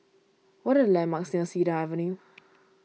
what are the landmarks Cedar Avenue